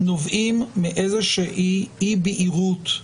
נובעים מאיזושהי אי בהירות,